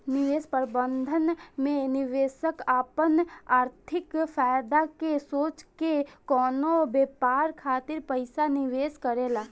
निवेश प्रबंधन में निवेशक आपन आर्थिक फायदा के सोच के कवनो व्यापार खातिर पइसा निवेश करेला